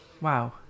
Wow